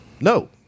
no